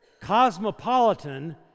cosmopolitan